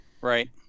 Right